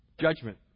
judgment